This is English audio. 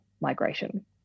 migration